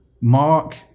Mark